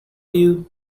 you